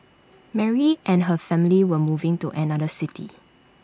Mary and her family were moving to another city